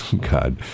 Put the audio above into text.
God